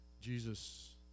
Jesus